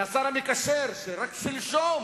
מהשר המקשר, שרק שלשום